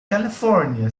california